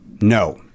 no